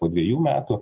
po dvejų metų